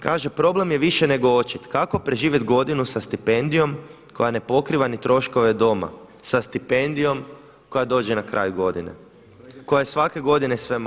Kaže, problem je više nego očit kako preživjet godinu sa stipendijom koja ne pokriva ni troškove doma, sa stipendijom koja dođe na kraju godine, koja je svake godine sve manja i manja.